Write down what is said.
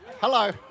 Hello